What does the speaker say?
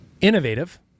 Innovative